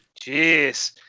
Jeez